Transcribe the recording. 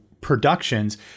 productions